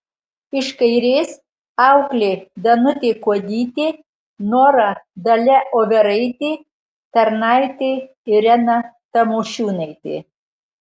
iš kairės auklė danutė kuodytė nora dalia overaitė tarnaitė irena tamošiūnaitė